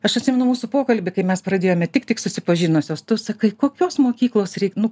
aš atsimenu mūsų pokalbį kai mes pradėjome tik tik susipažinusios tu sakai kokios mokyklos reik nu